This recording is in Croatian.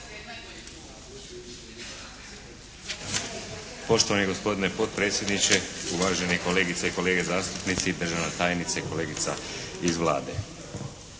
Poštovani gospodine potpredsjedniče, uvaženi kolegice i kolege zastupnici i državna tajnice i kolegica iz Vlade.